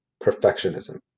Perfectionism